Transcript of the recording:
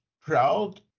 proud